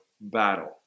battle